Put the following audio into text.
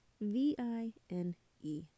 V-I-N-E